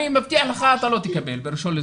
אני מבטיח לך שאתה לא תקבל ב-1 בספטמבר.